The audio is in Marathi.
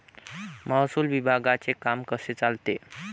महसूल विभागाचे काम कसे चालते?